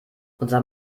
unser